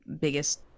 biggest